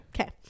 Okay